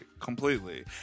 completely